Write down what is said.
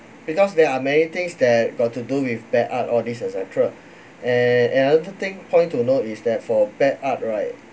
because there are many things that got to do with bad art all this etcetera and another thing point to note is that for bad art right